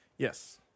Yes